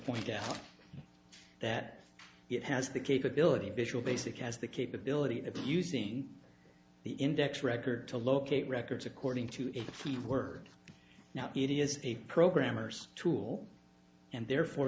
point out that it has the capability visual basic has the capability of using the index record to locate records according to the field work now it is a programmer's tool and therefore